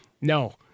No